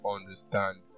understand